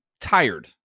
tired